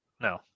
no